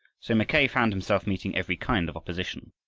so mackay found himself meeting every kind of opposition.